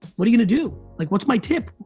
what are you gonna do? like what's my tip?